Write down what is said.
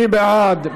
מי בעד?